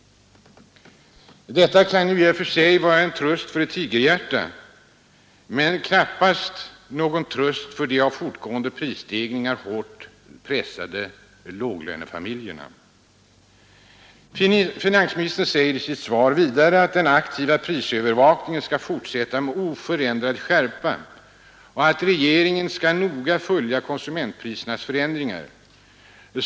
Detta kan ju vara en ”tröst för ett tigerhjärta” men knappast någon tröst för de av fortgående prisstegringar hårt pressade löntagarfamiljerna. Finansministern säger i sitt svar att den aktiva prisövervakningen skall fortsätta med oförändrad skärpa och att regeringen ”skall noga följa konsumentprisernas förändringar”.